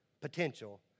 potential